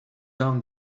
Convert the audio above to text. down